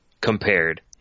compared